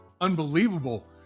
Unbelievable